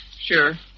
sure